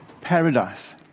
paradise